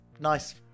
nice